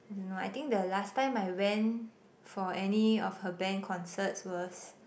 I don't know I think the last time I went for any of her band concerts was